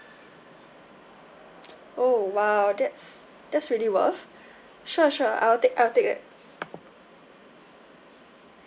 oh !wow! that's that's really worth sure sure I'll take I'll take that